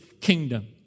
kingdom